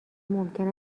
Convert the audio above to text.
ممکن